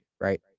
right